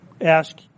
ask